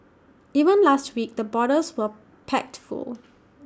even last week the borders were packed full